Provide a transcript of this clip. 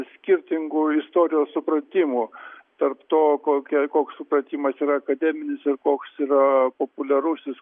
skirtingų istorijos supratimų tarp to kokia koks supratimas yra akademinis ir koks yra populiarusis